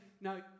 Now